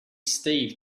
steve